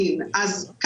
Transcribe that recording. תועלת משקית,